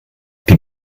die